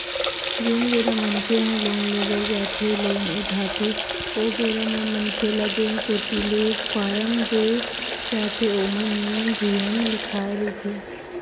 जेन बेरा मनखे ह लोन ले बर जाथे लोन उठाथे ओ बेरा म मनखे ल बेंक कोती ले फारम देय जाथे ओमा नियम धियम लिखाए रहिथे